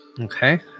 Okay